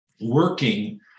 working